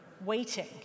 waiting